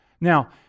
Now